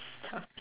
stop it